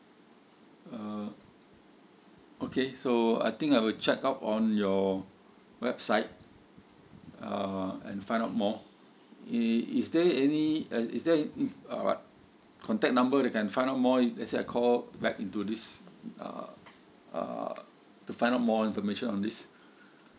uh okay so I think I will check up on your website uh and find out more eh is there any uh is there any uh what contact number that I can find out more if let's say I call back into this uh uh to find out more information on this